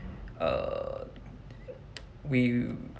err we